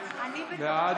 בעד.